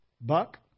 Buck